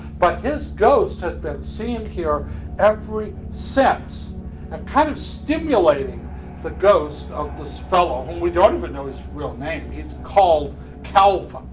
but this goes to that scene here. every sense ah kind of time stimulating the ghost of this fellow. we don't even know his real name is called kalpoe.